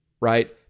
right